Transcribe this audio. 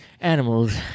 animals